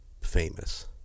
famous